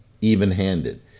even-handed